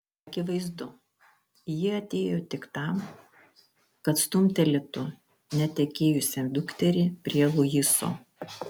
akivaizdu ji atėjo tik tam kad stumtelėtų netekėjusią dukterį prie luiso